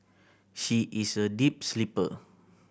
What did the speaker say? she is a deep sleeper